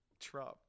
Trump